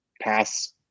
pass